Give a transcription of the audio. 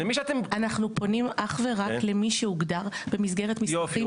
אנחנו פונים אך ורק למי שהוגדר במסגרת מסמכים -- יופי,